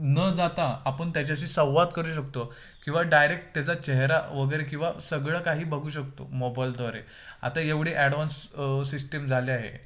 न जाता आपण त्याच्याशी संवाद करू शकतो किंवा डायरेक्ट त्याचा चेहरा वगैरे किंवा सगळं काही बघू शकतो मोबाईलद्वारे आता एवढी ॲडव्हान्स सिस्टेम झाले आहे